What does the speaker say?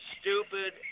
stupid